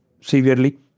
severely